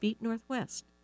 Northwest